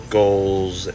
goals